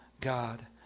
God